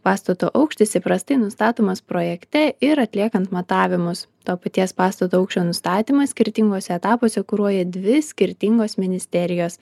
pastato aukštis įprastai nustatomas projekte ir atliekant matavimus to paties pastato aukščio nustatymą skirtinguose etapuose kuruoja dvi skirtingos ministerijos